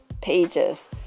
pages